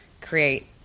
create